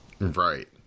Right